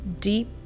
deep